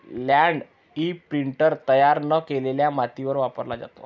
land imprinter तयार न केलेल्या मातीवर वापरला जातो